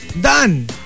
Done